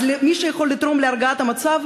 אז למי שיכול לתרום להרגעת המצב,